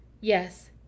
Yes